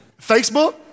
Facebook